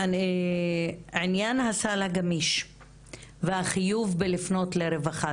עניין הסל הגמיש והחיוב לפנות לרווחה,